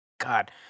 God